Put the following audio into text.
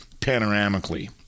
panoramically